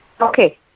Okay